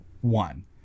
one